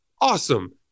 Awesome